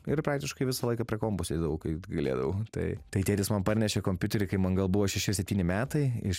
ir praktiškai visą laiką prie kompo sėdėdavau kai galėdavau tai tai tėtis man parnešė kompiuterį kai man gal buvo šeši ar septyni metai iš